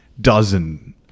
dozen